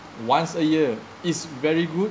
once a year is very good